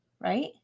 right